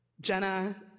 jenna